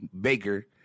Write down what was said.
Baker